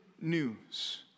news